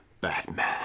batman